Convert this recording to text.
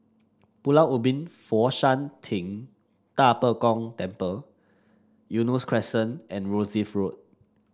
Pulau Ubin Fo Shan Ting Da Bo Gong Temple Eunos Crescent and Rosyth Road